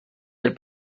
del